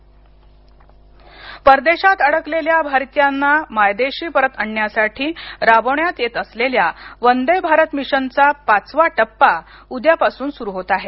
वंदेभारत परदेशात अडकलेल्या भारतियांना मायदेशी परत आणण्यासाठी राबवण्यात येत असलेल्यावंदे भारत मिशनचा पाचवा टप्पा उद्यापासून सुरू होत आहे